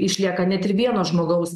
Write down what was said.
išlieka net ir vieno žmogaus